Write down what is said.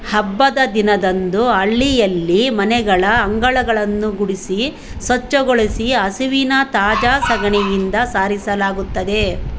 ಹಬ್ಬದ ದಿನದಂದು ಹಳ್ಳಿಯಲ್ಲಿ ಮನೆಗಳ ಅಂಗಳಗಳನ್ನು ಗುಡಿಸಿ ಸ್ವಚ್ಛಗೊಳಿಸಿ ಹಸುವಿನ ತಾಜಾ ಸಗಣಿಯಿಂದ ಸಾರಿಸಲಾಗುತ್ತದೆ